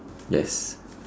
yes